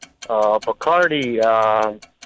Bacardi